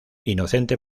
inocente